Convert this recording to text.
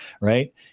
right